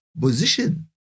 position